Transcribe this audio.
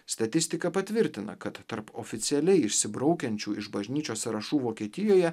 statistika patvirtina kad tarp oficialiai išsibraukiančių iš bažnyčios sąrašų vokietijoje